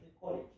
college